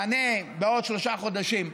"מענה בעוד שלושה חודשים",